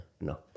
No